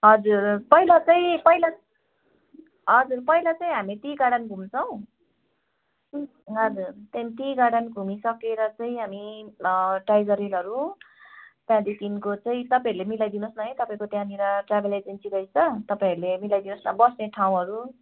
हजुर पहिला चाहिँ पहिला हजुर पहिला चाहिँ हामी टी गार्डन घुम्छौ हजुर त्यहाँदेखि टी गार्डन घुमिसकेर चाहिँ हामी टाइगर हिलहरू त्यहाँदेखिको चाहिँ तपाईँहरूले मिलाई दिनुहोस् न है तपाईँको त्यहाँनिर ट्राभल एजेन्सी रहेछ तपाईँहरूले मिलाई दिनुहोस् न बस्ने ठाउँहरू